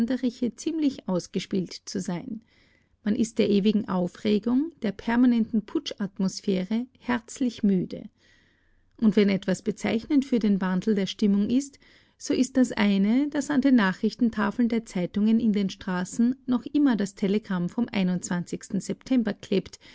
ziemlich ausgespielt zu sein man ist der ewigen aufregung der permanenten putschatmosphäre herzlich müde und wenn etwas bezeichnend für den wandel der stimmung ist so das eine daß an den nachrichtentafeln der zeitungen in den straßen noch immer das telegramm vom september klebt